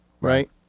right